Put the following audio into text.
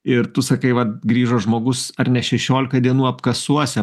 ir tu sakai va grįžo žmogus ar ne šešiolika dienų apkasuose